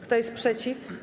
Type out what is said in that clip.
Kto jest przeciw?